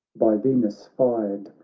by venus fired,